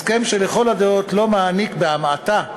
הסכם שלכל הדעות לא מעניק, בהמעטה,